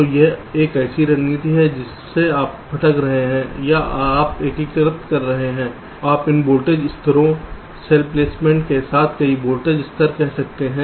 तो यह एक ऐसी रणनीति है जिसमें आप भटक रहे हैं या आप एकीकृत कर रहे हैं आप इन विद्युत स्तरों सेल प्लेसमेंट के साथ कई वोल्टेज स्तर कह सकते हैं